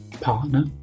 partner